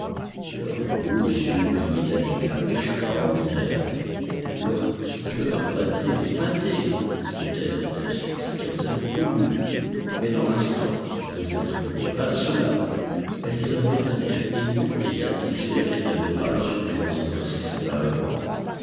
leurs beaux yeux brillaient d'un éclat extraordinaire leurs petits cœurs battaient battaient peut-être était-ce parce qu'elles avaient couru mais dans l'instant je ne l'attribuai pas à cela elles avaient un air ému et satisfait qu'elles n'avaient pas lorsque je les embrassais séparément